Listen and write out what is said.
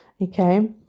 okay